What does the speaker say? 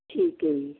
ਠੀਕ ਹੈ ਜੀ